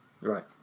Right